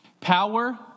power